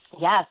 Yes